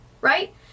right